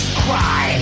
cry